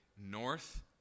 north